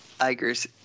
Iger's